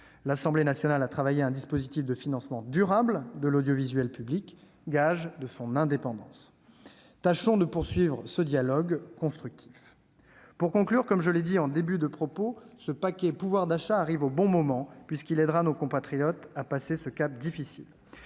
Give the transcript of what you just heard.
L'Assemblée nationale a travaillé à un dispositif de financement durable de l'audiovisuel public, gage de son indépendance. Tâchons de poursuivre ce dialogue constructif. Pour conclure, comme je l'ai dit au début de mon propos, ce paquet pouvoir d'achat arrive au bon moment, puisqu'il aidera nos compatriotes à passer ce cap difficile.